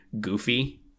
goofy